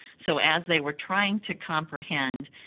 so as they were trying to comprehend,